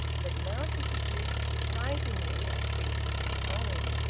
but now he produced surprisingly a speech of his own.